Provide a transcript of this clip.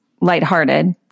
lighthearted